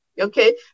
Okay